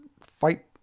fight